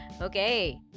okay